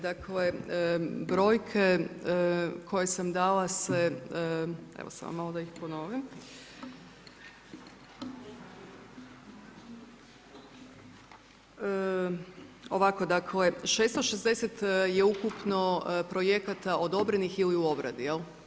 Dakle, brojke koje sam dala se, evo samo malo da ih ponovim, ovako, dakle, 660 je ukupno projekata odobrenih ili u obradi.